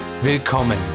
Willkommen